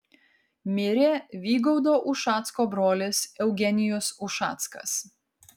mirė vygaudo ušacko brolis eugenijus ušackas